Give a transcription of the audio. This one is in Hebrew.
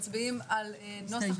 טוב.